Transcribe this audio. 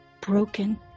broken